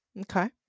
Okay